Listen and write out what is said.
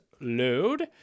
load